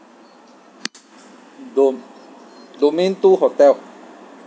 do~ domain two hotel